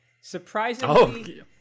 Surprisingly